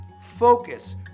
focus